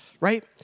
right